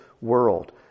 world